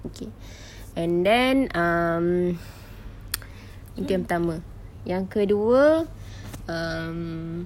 okay and then um itu yang pertama yang kedua um